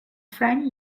friend